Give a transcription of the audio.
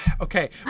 okay